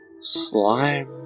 slime